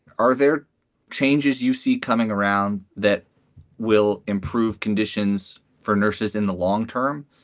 are there changes you see coming around that will improve conditions for nurses in the long term?